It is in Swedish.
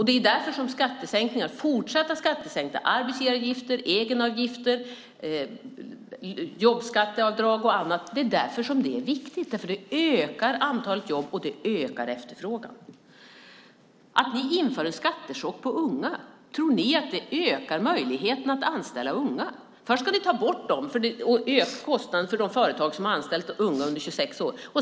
Det är därför fortsatta skattesänkningar, sänkta arbetsgivaravgifter, sänkta egenavgifter, jobbskatteavdrag och annat är viktigt: Det ökar antalet jobb, och det ökar efterfrågan. Ni inför en skattechock på unga. Tror ni att det ökar möjligheten att anställa unga? Först ska ni ta bort dem genom att öka kostnaden för de företag som anställt unga under 26 år.